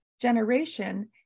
generation